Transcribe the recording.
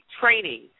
training